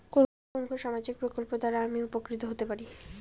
কোন কোন সামাজিক প্রকল্প দ্বারা আমি উপকৃত হতে পারি?